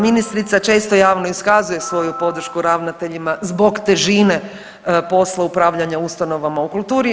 Ministrica često javno iskazuje svoju podršku ravnateljima zbog težine posla upravljanja ustanovama u kulturi.